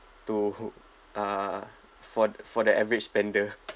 to hook uh for the for the average spender